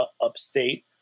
upstate